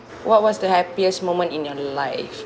what was the happiest moment in your life